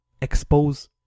expose